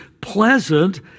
pleasant